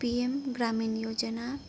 PM ग्रामीण योजना